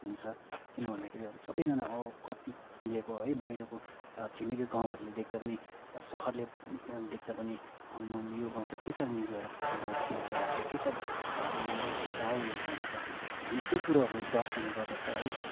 हुन्छ किन भन्दाखेरि अब सबैजना कति मिलेको है बाहिरको छिमेकी गाउँहरूले देख्दा पनि सहरले देख्दा पनि आम्मम यो गाउँ त के साह्रो मिलेर खेल खेलाएको के साह्रो उयो हौ एकता हौ यो गाउँमा त भन्ने त्यो कुरोहरू दर्साउने गर्दछ है